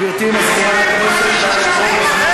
גברתי מזכירת הכנסת,